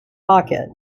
pocket